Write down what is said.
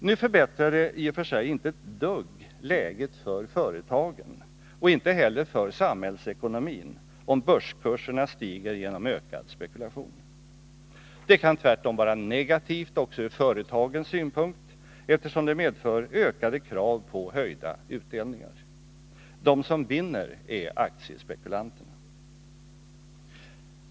Nu förbättrar det i och för sig inte ett dugg läget för företagen och inte heller för samhällsekonomin om börskurserna stiger genom ökad spekulation. Det kan tvärtom vara negativt ur företagens synpunkt, eftersom det medför ökade krav på höjda utdelningar. De som vinner är aktiespekulanterna.